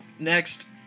Next